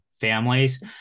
families